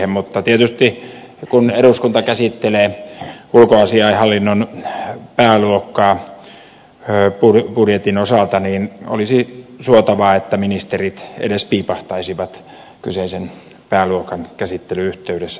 mutta tietysti kun eduskunta käsittelee ulkoasiainhallinnon pääluokkaa budjetin osalta olisi suotavaa että ministerit edes piipahtaisivat kyseisen pääluokan käsittelyn yhteydessä täällä salissa